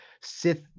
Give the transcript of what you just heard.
Sith